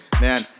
man